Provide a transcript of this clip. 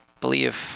believe